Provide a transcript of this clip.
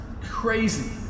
Crazy